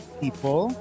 people